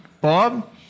Bob